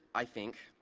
i think,